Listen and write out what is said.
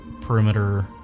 perimeter